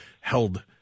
held